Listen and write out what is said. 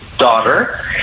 daughter